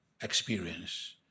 experience